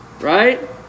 Right